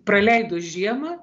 praleido žiemą